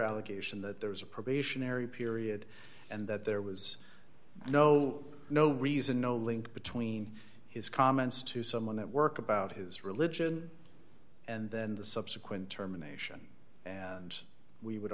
allegation that there was a probationary period and that there was no no reason no link between his comments to someone at work about his religion and then the subsequent terminations and we would